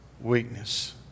weakness